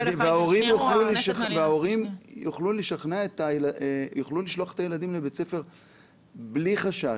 דרך השכנוע ----- וההורים יוכלו לשלוח את הילדים לבית ספר בלי חשש,